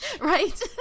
right